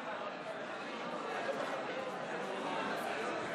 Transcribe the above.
שלך, הרי ברור איך העסק הזה ייגמר.